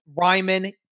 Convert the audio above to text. Ryman